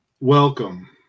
Welcome